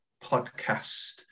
podcast